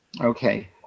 Okay